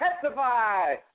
testify